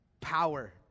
Power